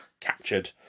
captured